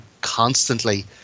constantly